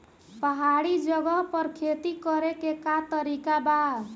पहाड़ी जगह पर खेती करे के का तरीका बा?